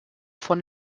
von